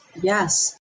Yes